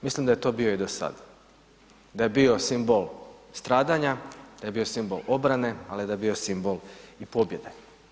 Mislim da je to bio i do sada, da je bio simbol stradanja, da je bio simbol obrane, ali da je bio i simbol pobjede.